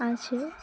আছে